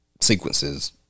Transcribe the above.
sequences